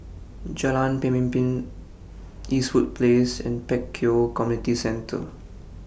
Jalan Pemimpin Eastwood Place and Pek Kio Community Centre